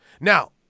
Now